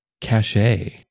cachet